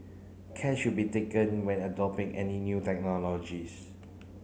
care should be taken when any new technologies